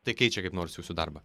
tai keičia kaip nors jūsų darbą